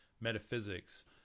metaphysics